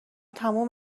تموم